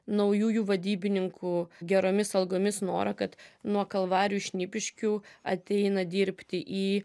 naujųjų vadybininkų geromis algomis norą kad nuo kalvarių šnipiškių ateina dirbti į